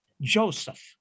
Joseph